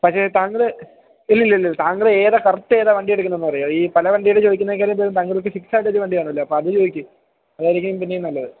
പക്ഷെ തങ്കൾ ഇല്ലില്ലില്ല തങ്കൾ ഏതാ കറക്റ്റേതാണ് വണ്ടി എടുക്കുന്നത് എന്ന് പറയുമോ ഈ പല വണ്ടികൾ ചോദിക്കുന്നതിനേക്കാളും താങ്കൾക്ക് ഫിക്സ് ആയിട്ട് ഒരു വണ്ടി കാണുമല്ലോ അപ്പം അത് ചോദിക്ക് അതായിരിക്കും പിന്നേയും നല്ലത്